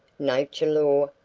nature-lore,